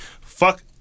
fuck